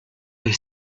ich